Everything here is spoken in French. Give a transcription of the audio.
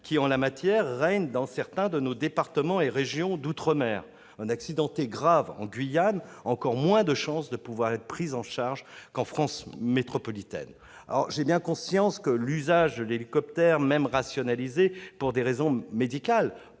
qui, en la matière, règnent dans certains de nos départements et certaines de nos régions d'outre-mer. Un accidenté grave en Guyane a encore moins de chance de pouvoir être pris en charge qu'en France métropolitaine. J'ai bien conscience que l'usage d'un hélicoptère même rationalisé pour des raisons médicales